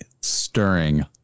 stirring